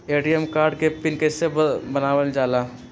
ATM card के PIN कैसे बनावल जाला?